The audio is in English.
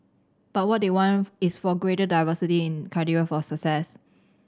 but what they want is for a greater diversity in criteria for success